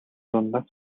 дундаас